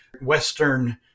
Western